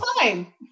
fine